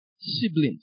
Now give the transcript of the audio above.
Siblings